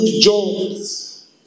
jobs